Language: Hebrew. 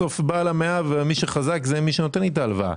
בסוף בעל המאה ומי שחזק זה מי שנותן לי את ההלוואה.